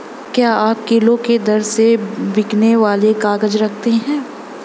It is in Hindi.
क्या आप किलो के दर से बिकने वाले काग़ज़ रखते हैं?